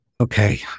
Okay